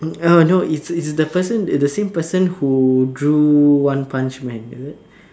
uh no it's it's the person the same person who drew One-Punch-Man is it